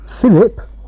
Philip